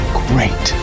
great